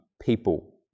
people